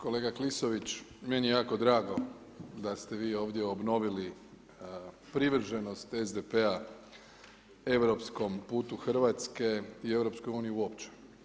Kolega Klisović, meni je jako drago da ste vi ovdje obnovili privrženost SDP-a europskom putu Hrvatske i EU uopće.